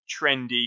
trendy